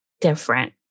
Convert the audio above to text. different